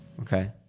Okay